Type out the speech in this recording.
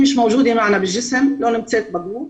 חנאן לא נמצאת בגוף,